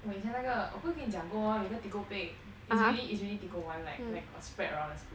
我以前那个我不是跟你讲过 lor 有一个 tikopek is really is really tiko [one] like like a spread around the school